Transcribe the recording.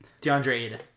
DeAndre